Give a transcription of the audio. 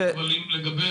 תודה רבה ראובן.